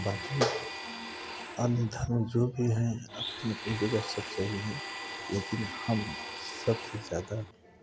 बाकी अन्य धर्म जो भी हैं अपनी अपनी जगह सब सही हैं लेकिन हम सबसे ज़्यादा